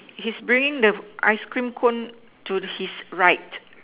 he's bringing the ice cream cone to his right